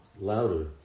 Louder